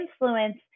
influence